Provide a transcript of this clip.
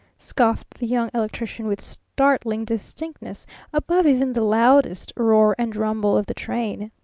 scoffed the young electrician with startling distinctness above even the loudest roar and rumble of the train.